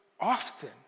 often